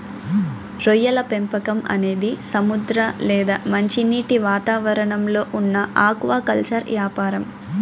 రొయ్యల పెంపకం అనేది సముద్ర లేదా మంచినీటి వాతావరణంలో ఉన్న ఆక్వాకల్చర్ యాపారం